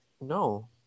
No